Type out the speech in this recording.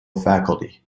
faculty